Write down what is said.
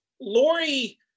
Lori